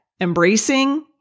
embracing